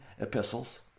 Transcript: epistles